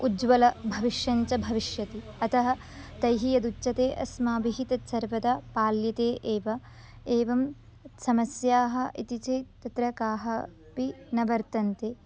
उज्ज्वलः भविष्यञ्च भविष्यति अतः तैः यदुच्यते अस्माभिः तत्सर्वदा पाल्यते एव एवं समस्याः इति चेत् तत्र कापि न वर्तन्ते